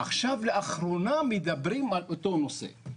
עכשיו לאחרונה מדברים על אותו נושא.